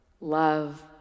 love